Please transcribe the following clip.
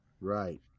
Right